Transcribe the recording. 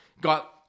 Got